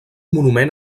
monument